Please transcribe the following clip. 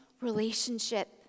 relationship